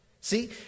See